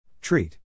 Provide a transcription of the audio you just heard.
Treat